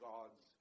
God's